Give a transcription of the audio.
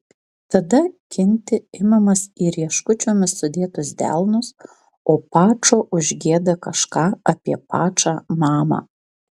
tada kinti imamas į rieškučiomis sudėtus delnus o pačo užgieda kažką apie pačą mamą